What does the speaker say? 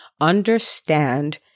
understand